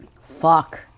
fuck